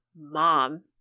mom